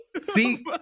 See